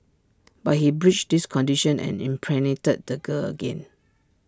but he breached this condition and impregnated the girl again